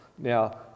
Now